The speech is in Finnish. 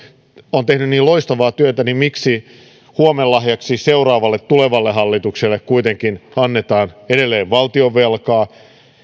on tehnyt niin loistavaa työtä niin miksi huomenlahjaksi seuraavalle tulevalle hallitukselle kuitenkin annetaan edelleen valtionvelkaa